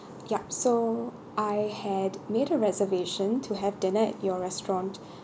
yup so I had made a reservation to have dinner at your restaurant